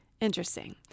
interesting